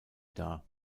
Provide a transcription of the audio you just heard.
dar